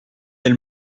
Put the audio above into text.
elle